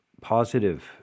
positive